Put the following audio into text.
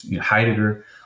Heidegger